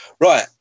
right